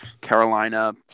Carolina